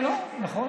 כן, לא, נכון.